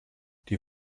die